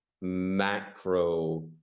macro